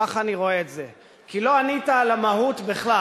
ככה אני רואה את זה, כי לא ענית על המהות בכלל.